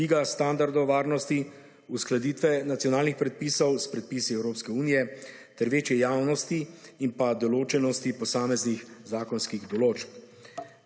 dviga standardov o varnosti, uskladitve nacionalnih predpisov s predpisi Evropske unije ter večje javnosti in pa določenosti posameznih zakonskih določb,